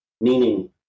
meaning